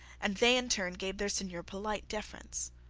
and they in turn gave their seigneur polite deference.